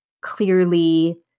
clearly